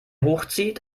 hochzieht